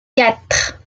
quatre